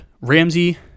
Ramsey